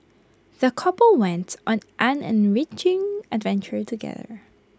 the couple wents on an enriching adventure together